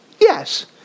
Yes